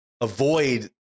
avoid